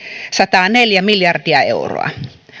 kaksisataaneljä miljardia euroa